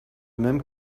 même